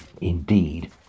Indeed